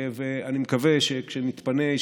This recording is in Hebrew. ואני מקווה שכשנתפנה,